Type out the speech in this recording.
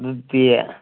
ꯑꯗꯨꯗꯤ